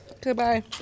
Goodbye